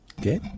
Okay